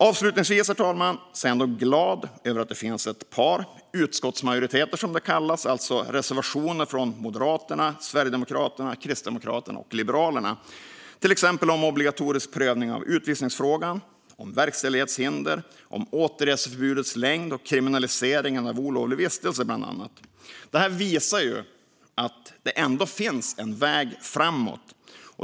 Avslutningsvis, herr talman, är jag ändå glad över att det finns ett par utskottsmajoriteter som det kallas, alltså reservationer från Moderaterna, Sverigedemokraterna, Kristdemokraterna och Liberalerna, bland annat om obligatorisk prövning av utvisningsfrågan, om verkställighetshinder, om återreseförbudets längd och om kriminaliseringen av olovlig vistelse. Detta visar att det ändå finns en väg framåt.